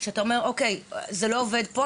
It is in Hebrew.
זה להגיד לעצמך שזה לא הולך פה,